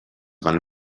van